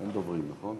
בבקשה, אדוני.